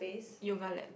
yoga lab